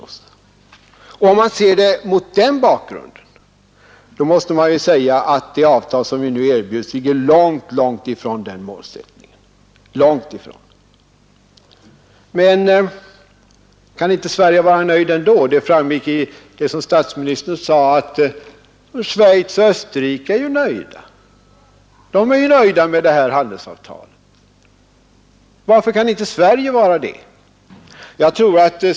Och om man ser det mot den bakgrunden, då måste man säga att det avtal som vi nu erbjuds ligger långt, långt från vår målsättning. Men kan inte Sverige vara nöjt ändå? Det framgick av det som statsministern sade att Schweiz och Österrike är ju nöjda med det här handelsavtalet. Varför kan inte Sverige vara det?